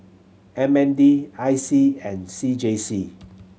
M N D I C and C J C